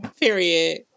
Period